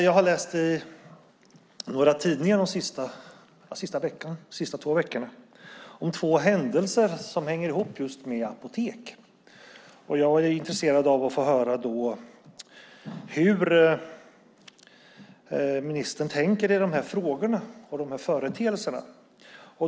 Jag har de senaste två veckorna läst i några tidningar om två händelser som hänger ihop just med apotek, och jag är då intresserad av att få höra hur ministern tänker i de här frågorna och om de här företeelserna.